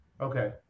Okay